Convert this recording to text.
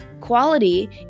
quality